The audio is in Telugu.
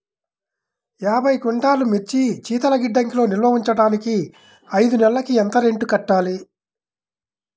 యాభై క్వింటాల్లు మిర్చి శీతల గిడ్డంగిలో నిల్వ ఉంచటానికి ఐదు నెలలకి ఎంత రెంట్ కట్టాలి?